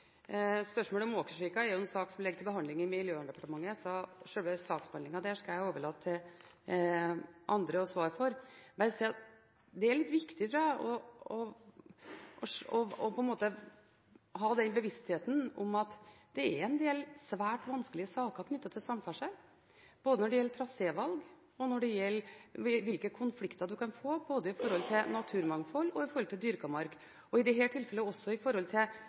Spørsmålet om Åkersvika er en sak som ligger til behandling i Miljøverndepartementet, så saksbehandlingen der skal jeg overlate til andre å svare for. Jeg vil bare si at det er litt viktig å ha en bevissthet rundt at det er en del svært vanskelig saker knyttet til samferdsel. Det gjelder trasévalg og konflikter man kan få når det gjelder naturmangfold og dyrket mark – og i dette tilfellet også spørsmålet om å legge dette prosjektet veldig nær et boligfelt. Det er ting som bidrar til